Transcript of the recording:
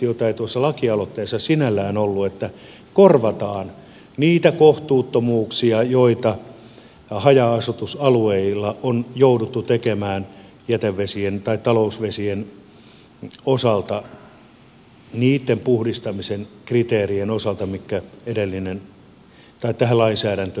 tuossa lakialoitteessa ei sinällään ollut sitä että korvataan niitä kohtuuttomuuksia joita haja asutusalueilla on jouduttu tekemään talousvesien puhdistamisen kriteerien osalta ja jotka tästä lainsäädännöstä ovat johtuneet